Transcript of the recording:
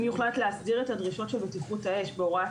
אם יוחלט להסדיר את הדרישות של בטיחות אש בהוראת